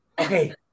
Okay